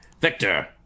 Victor